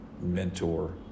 mentor